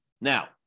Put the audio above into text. Now